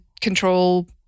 control